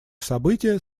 события